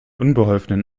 unbeholfenen